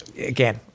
again